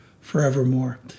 forevermore